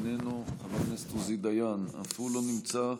איננו, חבר הכנסת עוזי דיין, אף הוא לא נמצא,